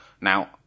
Now